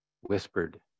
whispered